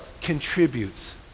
contributes